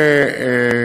היום.